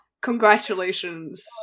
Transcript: Congratulations